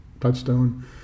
touchstone